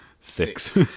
six